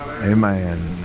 Amen